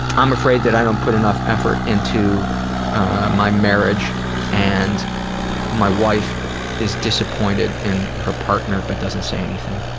um afraid that i don't put enough effort into my marriage and my wife is disappointed in her partner but doesn't say anything.